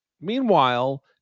Meanwhile